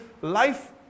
life